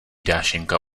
dášeňka